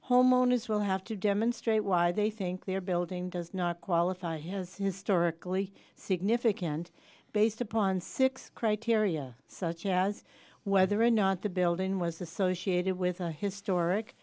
homeowners will have to demonstrate why they think their building does not qualify has historically significant based upon six criteria such as whether or not the building was associated with a historic